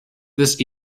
this